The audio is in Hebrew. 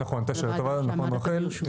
נכון, הייתה שאלה, נכון רחל.